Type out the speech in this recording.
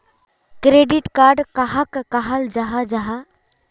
Credit card कहाक कहाल जाहा जाहा?